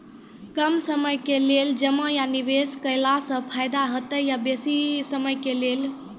कम समय के लेल जमा या निवेश केलासॅ फायदा हेते या बेसी समय के लेल?